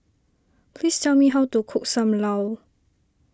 please tell me how to cook Sam Lau